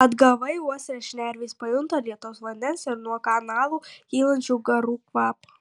atgavai uoslę šnervės pajunta lietaus vandens ir nuo kanalo kylančių garų kvapą